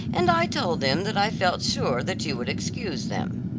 and i told them that i felt sure that you would excuse them.